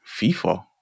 FIFA